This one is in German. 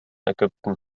ägypten